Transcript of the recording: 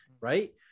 Right